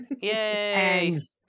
Yay